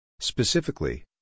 Specifically